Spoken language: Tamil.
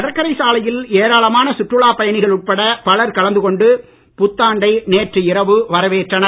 கடற்கரைச் சாலையில் ஏராளமான சுற்றுலாப்பயணிகள் உட்பட பலர் கலந்து கொண்டு புத்தாண்டை நேற்று இரவு வரவேற்றனர்